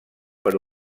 per